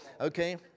Okay